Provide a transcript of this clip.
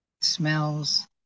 smells